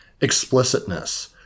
explicitness